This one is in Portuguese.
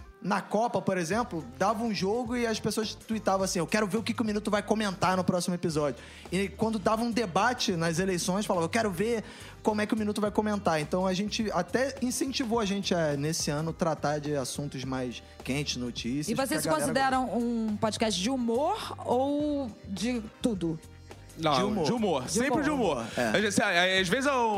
Na Copa, por exemplo, dava um jogo e as pessoas tuitavam assim, "Eu quero ver o que que o Minuto vai comentar no próximo episódio". E quando dava um debate nas eleições, falava, "Eu quero ver como é que o Minuto vai comentar". Então, a gente até incentivou a gente a, nesse ano, tratar de assuntos mais quentes, notícias, E porque vocês se a galera- consideram um podcast de humor ou de tudo? Não, De humor. de humor. De Sempre humor. de humor. É. A gente- assim, a- a- às vezes eu-